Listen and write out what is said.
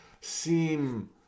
seem